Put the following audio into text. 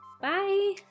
Bye